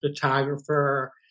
photographer